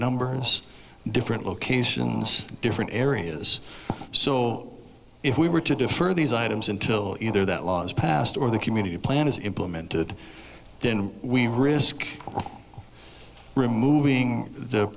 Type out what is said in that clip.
numbers in different locations different areas so if we were to defer these items until either that law is passed or the community plan is implemented then we risk removing the